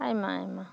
ᱟᱭᱢᱟ ᱟᱭᱢᱟ